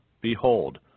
behold